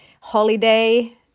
holiday